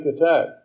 attack